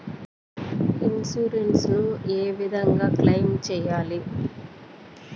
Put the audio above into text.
Insurance ఏ విధంగా claim సేయాలి?